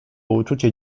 uczucie